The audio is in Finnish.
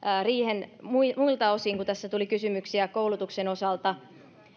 muilta osin kun tässä tuli kysymyksiä koulutuksen osalta